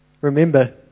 Remember